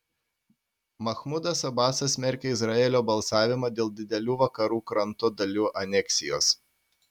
machmudas abasas smerkia izraelio balsavimą dėl didelių vakarų kranto dalių aneksijos